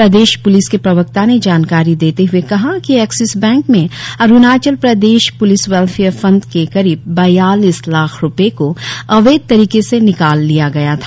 प्रदेश police के प्रवक्ता ने जानकारी देते हए कहा कि एक्सिस बैंक में Arunachal Pradesh police welfare fund के करीब बयालीस लाख रुपये को अवैध तरीके से निकाल लिया गया था